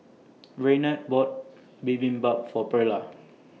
Raynard bought Bibimbap For Perla